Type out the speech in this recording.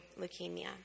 leukemia